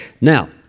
Now